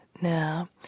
now